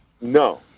No